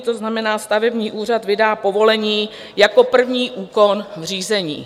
To znamená, stavební úřad vydá povolení jako první úkon v řízení.